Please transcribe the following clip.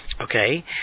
Okay